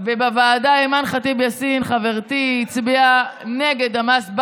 בוועדה אימאן ח'טיב יאסין חברתי הצביעה נגד המס.